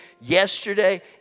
yesterday